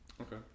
Okay